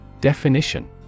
Definition